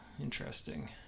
interesting